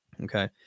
okay